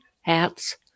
hats